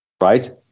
Right